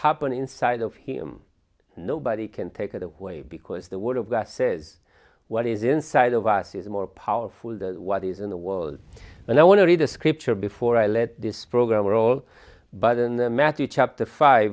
happening inside of him nobody can take it away because the word of the says what is inside of us is more powerful than what is in the world and i want to read a scripture before i let this program roll but in the matthew chapter five